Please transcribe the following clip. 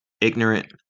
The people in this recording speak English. ignorant